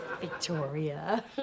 Victoria